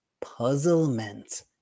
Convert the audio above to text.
puzzlement